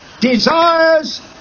desires